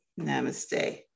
namaste